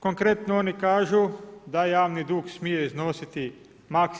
Konkretno oni kažu da javni dug smije iznositi max.